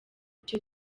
icyo